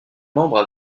membres